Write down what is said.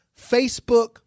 Facebook